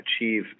achieve